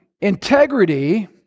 Integrity